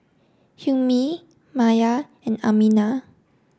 Hilmi Maya and Aminah